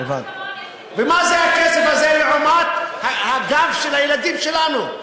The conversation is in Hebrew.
ומה זה הכסף הזה לעומת הגב של הילדים שלנו?